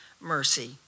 mercy